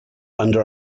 under